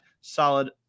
solid